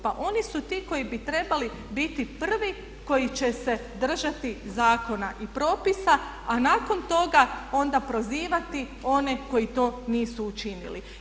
Pa oni su ti koji bi trebali biti prvi koji će se držati zakona i propisa a nakon toga onda prozivati one koji to nisu učinili.